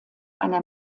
einer